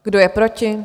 Kdo je proti?